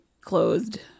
closed